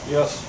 Yes